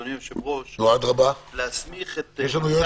אדוני היושב-ראש, להסמיך את מנכ"ל